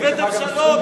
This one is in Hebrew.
הבאתם שלום,